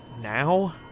now